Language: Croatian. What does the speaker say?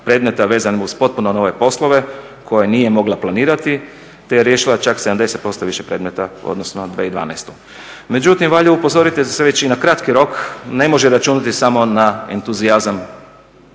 predmeta vezanim uz potpuno nove poslove koje nije mogla planirati te je riješila čak 70% više predmeta u odnosu na 2012. Međutim, valja upozoriti da se već i na kratki rok ne može računati samo na entuzijazam